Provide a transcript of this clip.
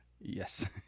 yes